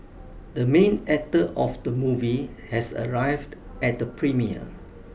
the main actor of the movie has arrived at the premiere